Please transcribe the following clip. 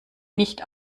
nicht